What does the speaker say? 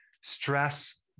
stress